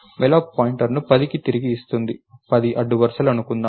Malloc పాయింటర్ను 10కి తిరిగి ఇస్తుంది 10 అడ్డు వరుసలు అనుకుందాం